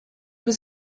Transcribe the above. was